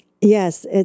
yes